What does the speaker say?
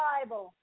Bible